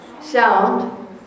sound